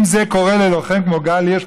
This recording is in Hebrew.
אם זה קורה ללוחם כמו גל הירש,